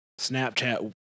Snapchat